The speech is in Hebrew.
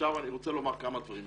אני רוצה לומר כמה דברים.